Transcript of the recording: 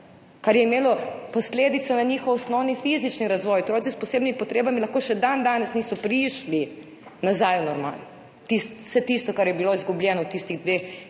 kar je imelo posledice na njihov osnovni fizični razvoj. Otroci s posebnimi potrebami morda še dandanes niso prišli nazaj v normalo. Vse tisto, kar je bilo izgubljeno v enem